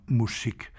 musik